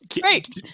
Great